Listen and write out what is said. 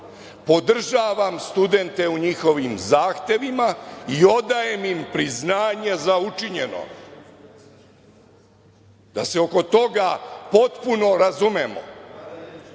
podržavam studente u njihovim zahtevima i odajem im priznanje za učinjeno, da se oko toga potpuno razumemo.28/1